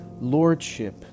lordship